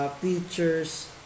features